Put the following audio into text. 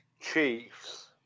Chiefs